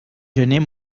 gener